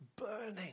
burning